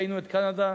וראינו את קנדה,